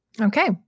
Okay